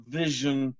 vision